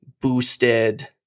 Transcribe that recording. boosted